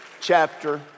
chapter